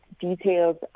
details